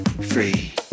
free